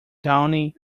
downy